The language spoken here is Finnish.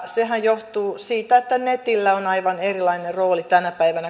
nehän johtuvat siitä että netillä on aivan erilainen rooli tänä päivänä